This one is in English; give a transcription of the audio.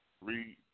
read